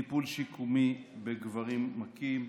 טיפול שיקומי בגברים מכים,